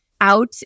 out